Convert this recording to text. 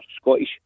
Scottish